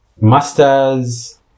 masters